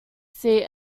seat